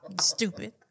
Stupid